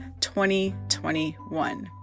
2021